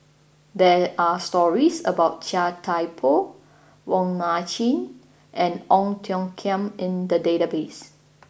there are stories about Chia Thye Poh Wong Nai Chin and Ong Tiong Khiam in the database